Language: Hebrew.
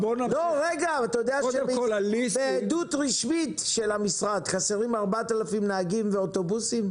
בעדות רשמית של המשרד חסרים 4,000 נהגים ואוטובוסים.